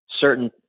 Certain